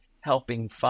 helping